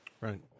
Right